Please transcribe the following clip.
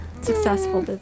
successful